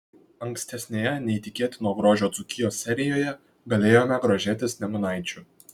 ankstesnėje neįtikėtino grožio dzūkijos serijoje galėjome grožėtis nemunaičiu